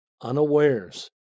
unawares